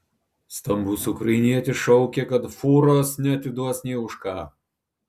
stambus ukrainietis šaukė kad fūros neatiduos nė už ką